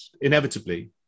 inevitably